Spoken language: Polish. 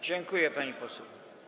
Dziękuję, pani poseł.